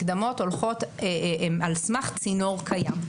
מקדמות הן על סמך צינור קיים.